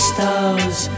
Stars